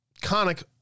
conic